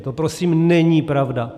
To prosím není pravda.